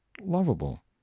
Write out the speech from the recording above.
lovable